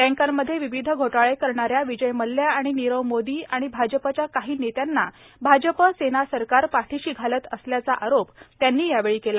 बँकांमध्ये विविध घोटाळे करणाऱ्या विजय मल्ल्या आणि निख मोदी आणि भाजपच्या काही नेत्यांना भाजपसेना सरकार पाठिशी घालत असल्याचा आरोप त्यांनी यावेळी केला